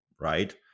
right